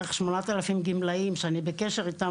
בערך כ-8,000 גמלאים שאני בקשר איתם,